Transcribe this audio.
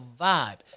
vibe